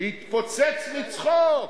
להתפוצץ מצחוק.